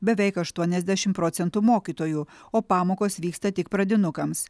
beveik aštuoniadešimt procentų mokytojų o pamokos vyksta tik pradinukams